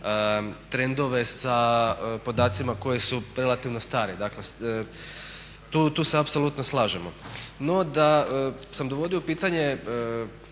trendove sa podacima koji su relativno stari, dakle tu se apsolutno slažemo. No da sam dovodio u pitanje